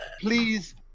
please